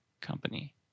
company